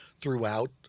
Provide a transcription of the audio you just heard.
throughout